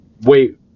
Wait